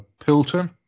Pilton